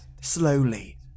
Slowly